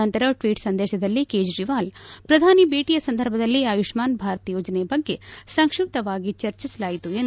ನಂತರ ಟ್ವೀಟ್ ಸಂದೇಶದಲ್ಲಿ ಕೇಜ್ರವಾಲ್ ಪ್ರಧಾನಿ ಭೇಟಿ ಸಂದರ್ಭದಲ್ಲಿ ಆಯುಷ್ಮಾನ್ ಭಾರತ್ ಯೋಜನೆಯ ಬಗ್ಗೆ ಸಂಕ್ಷಿಪ್ತವಾಗಿ ಚರ್ಚಿಸಲಾಯಿತು ಎಂದು ತಿಳಿಸಿದ್ದಾರೆ